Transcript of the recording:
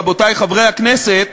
רבותי חברי הכנסת,